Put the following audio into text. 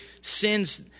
sins